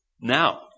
now